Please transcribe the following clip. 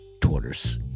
Tortoise